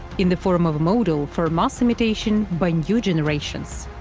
in the form of a model for mass imitation by new generations.